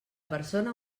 persona